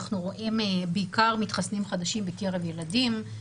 אנחנו רואים בעיקר מתחסנים חדשים בקרב ילדים.